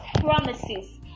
promises